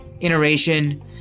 iteration